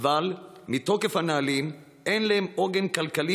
אבל מתוקף הנהלים אין להם עוגן כלכלי